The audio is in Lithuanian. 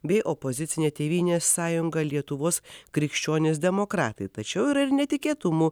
bei opozicinė tėvynės sąjunga lietuvos krikščionys demokratai tačiau yra ir netikėtumų